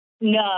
No